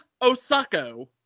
Osako